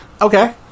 Okay